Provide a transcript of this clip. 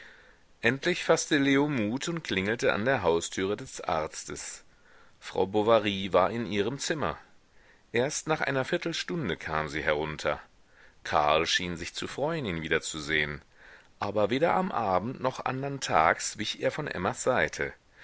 endlich faßte leo mut und klingelte an der haustüre des arztes frau bovary war in ihrem zimmer erst nach einer viertelstunde kam sie herunter karl schien sich zu freuen ihn wiederzusehen aber weder am abend noch andern tags wich er von emmas seite